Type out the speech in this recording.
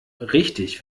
richtig